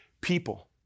people